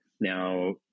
Now